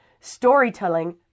Storytelling